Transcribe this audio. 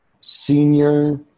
senior